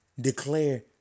declare